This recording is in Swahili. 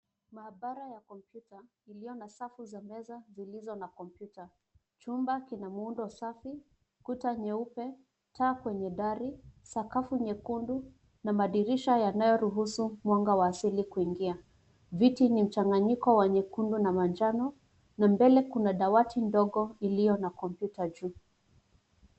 Maabara ya kompyuta iliiyo na safu za meza zilizo na kompyuta. Chumba kina muundo safi kuta nyeupe, taa kwenye dari sakafu nyekundu na madirisha yanayoruhusu mwanga wa asili kuingia. Viti ni mchanganyiko wa nyekundu na manjano na mbele kuna dawati ndogo iliyo na kompyuta juu.